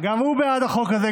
גם הוא בעד החוק הזה,